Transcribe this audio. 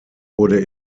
wurde